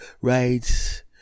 right